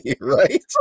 right